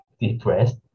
depressed